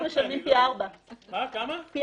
אנחנו משלמים פי ארבעה לשנה.